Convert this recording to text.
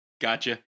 Gotcha